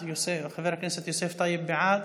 בעד,